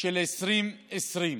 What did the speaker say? של 2020,